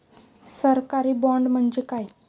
सरकारी बाँड म्हणजे काय?